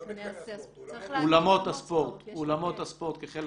תקצוב אולמות הספורט כחלק